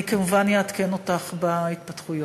אני כמובן אעדכן אותך בהתפתחויות.